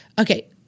Okay